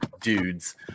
dudes